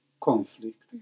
conflict